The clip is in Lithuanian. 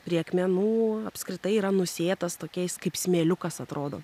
prie akmenų apskritai yra nusėtas tokiais kaip smėliukas atrodo